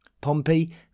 Pompey